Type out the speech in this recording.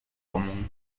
común